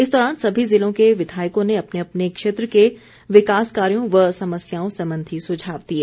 इस दौरान सभी जिलों के विधायकों ने अपने अपने क्षेत्र के विकास कार्यों व समस्याओं संबंधी सुझाव दिए